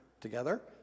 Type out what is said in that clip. Together